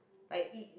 like it